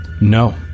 No